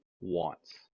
wants